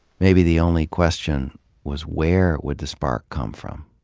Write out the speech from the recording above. maybe the only question was where would the spark come from?